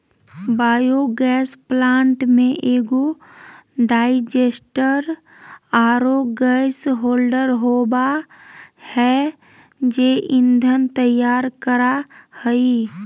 biogas plant में एगो digester आरो गैस होल्डर होबा है जे ईंधन तैयार करा हइ